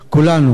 כולנו,